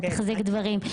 לחזק דברים,